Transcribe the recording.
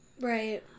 Right